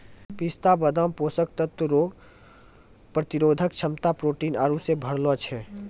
पिस्ता बादाम पोषक तत्व रोग प्रतिरोधक क्षमता प्रोटीन आरु से भरलो छै